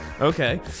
Okay